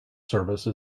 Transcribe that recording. service